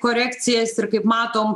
korekcijas ir kaip matom